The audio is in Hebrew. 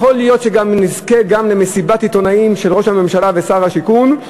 יכול להיות שגם נזכה למסיבת עיתונאים של ראש הממשלה ושר השיכון,